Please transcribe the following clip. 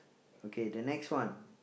okay the next one